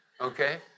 okay